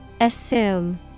Assume